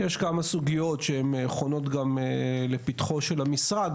יש כמה סוגיות שהן חונות לפתחו של המשרד,